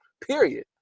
period